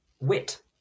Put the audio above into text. Wit